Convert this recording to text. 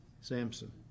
Samson